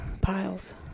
piles